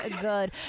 good